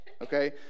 okay